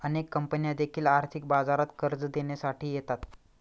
अनेक कंपन्या देखील आर्थिक बाजारात कर्ज देण्यासाठी येतात